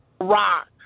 Rock